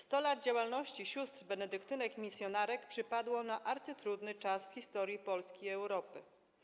100 lat działalności sióstr benedyktynek misjonarek przypadło na arcytrudny czas w historii Polski i Europy.